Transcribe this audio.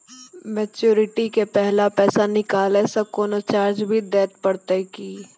Maturity के पहले पैसा निकालै से कोनो चार्ज भी देत परतै की?